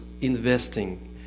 investing